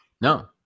no